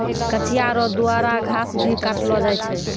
कचिया रो द्वारा घास भी काटलो जाय छै